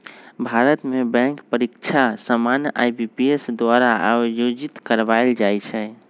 भारत में बैंक परीकछा सामान्य आई.बी.पी.एस द्वारा आयोजित करवायल जाइ छइ